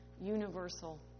universal